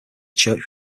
church